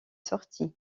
sortit